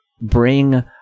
bring